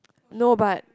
no but